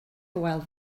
hywel